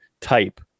type